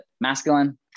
masculine